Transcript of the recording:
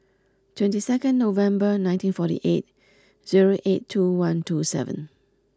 twenty second November nineteen forty eight zero eight two one two seven